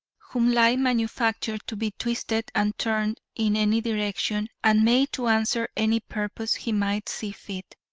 whom lie manufactured to be twisted and turned in any direction and made to answer any purpose he might see fit.